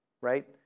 right